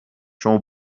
شما